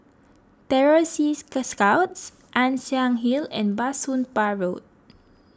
Terror Sea Scouts Ann Siang Hill and Bah Soon Pah Road